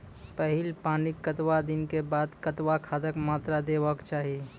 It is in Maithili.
पहिल पानिक कतबा दिनऽक बाद कतबा खादक मात्रा देबाक चाही?